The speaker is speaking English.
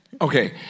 Okay